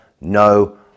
no